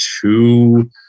two